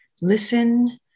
listen